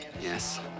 Yes